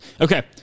Okay